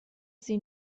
sie